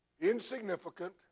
insignificant